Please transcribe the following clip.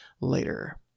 later